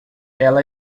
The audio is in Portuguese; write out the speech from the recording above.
ela